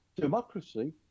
democracy